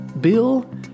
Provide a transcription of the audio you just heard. Bill